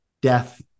death